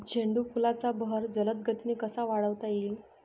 झेंडू फुलांचा बहर जलद गतीने कसा वाढवता येईल?